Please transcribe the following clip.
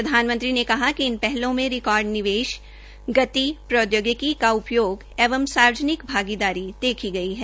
प्रधानमंत्री ने कहा कि इन पहलों में रिकार्ड निवेश गति प्रौदयोगिकी का उपायोग एवं सार्वजनिक भागीदारी देखी गई है